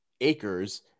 acres